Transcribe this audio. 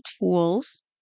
tools